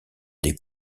des